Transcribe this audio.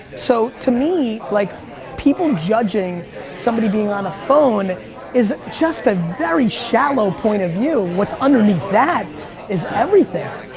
so to me, like people judging somebody being on a phone is just a very shallow point of view. what's underneath that is everything.